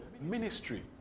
ministry